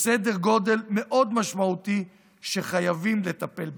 בסדר גודל מאוד משמעותי, שחייבים לטפל בה,